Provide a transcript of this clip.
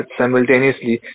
simultaneously